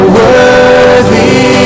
worthy